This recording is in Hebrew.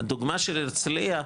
הדוגמא של הרצליה,